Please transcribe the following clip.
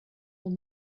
will